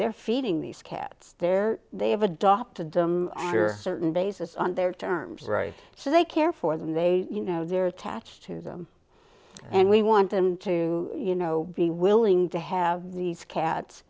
they're feeding these cats there they have adopted them under certain basis on their terms right so they care for them they you know they're attached to them and we want them to you know be willing to have these cats